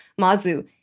Mazu